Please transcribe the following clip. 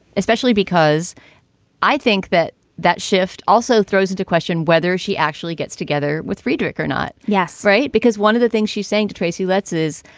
especially because i think that that shift also throws into question whether she actually gets together with friedrich or not. yes, right. because one of the things she's saying to tracy letts is,